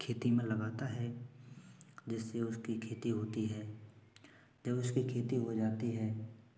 खेती में लगाता है जिससे उसकी खेती होती है जब उसकी खेती हो जाती है